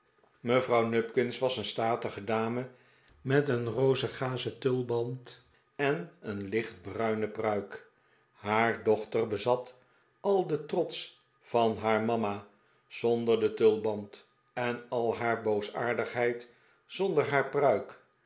mevrouw nupkins was een statige dame met een rosen gazen tulband en een lichtbruine pruik haar dochter bezat al den trots van haar mama zonder den tulband en al haar boosaardigheid zonder haar pruik